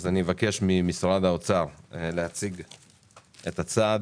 אז אני אבקש ממשרד האוצר להציג את הצעד,